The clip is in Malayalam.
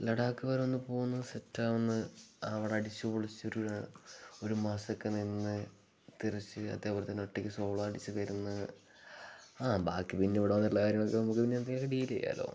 ലഡാക്ക് വരെ ഒന്ന് പോകാമെന്ന് സെറ്റ് ആകാമെന്ന് അവിടെ അടിച്ച് പൊളിച്ചൊരു ഒരു മാസമൊക്കെ നിന്ന് തിരിച്ച് അതേപോലെ തന്നെ ഒറ്റക്ക് സോള അടിച്ച് വരുന്ന് ആ ബാക്കി പിന്നെ ഇവിടൊന്നുമല്ല ഉള്ള കാര്യങ്ങളൊക്കെ നമുക്ക് പിന്നെ എന്തെങ്കിലും ഡീൽ ചെയ്യാമല്ലോ